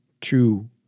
true